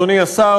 אדוני השר,